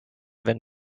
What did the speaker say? wenn